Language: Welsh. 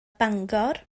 bangor